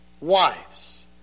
wives